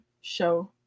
show